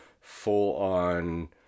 full-on